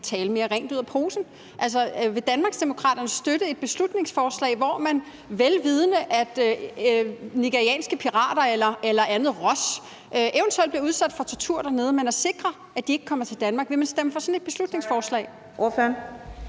vil Danmarksdemokraterne støtte et beslutningsforslag, hvor man, vel vidende at nigerianske pirater eller andet ros eventuelt bliver udsat for tortur dernede, sikrer, at de ikke kommer til Danmark? Vil man stemme for sådan et beslutningsforslag?